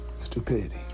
stupidity